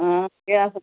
हां केह् आखदे